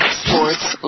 sports